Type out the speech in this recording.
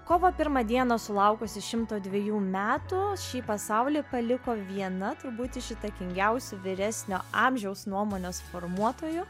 kovo pirmą dieną sulaukusi šimto dviejų metų šį pasaulį paliko viena turbūt iš įtakingiausių vyresnio amžiaus nuomonės formuotojų